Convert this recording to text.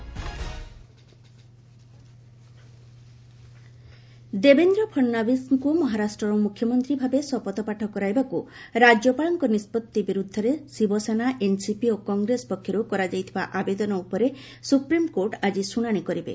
SC ମହା ଦେବେନ୍ଦ୍ର ଫଡ଼ନବିସଙ୍କୁ ମହାରାଷ୍ଟ୍ରର ମୁଖ୍ୟମନ୍ତ୍ରୀ ଭାବେ ଶପଥପାଠ କରାଇବାକୁ ରାଜ୍ୟପାଳଙ୍କ ନିଷ୍ପଭି ବିରୁଦ୍ଧରେ ଶିବସେନା ଏନ୍ସିପି ଓ କଂଗ୍ରେସ ପକ୍ଷରୁ କରାଯାଇଥିବା ଆବେଦନ ଉପରେ ସୁପ୍ରିମକୋର୍ଟ ଆଜି ଶୁଣାଣି କରିବେ